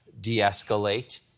de-escalate